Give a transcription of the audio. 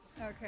Okay